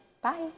Bye